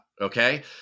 Okay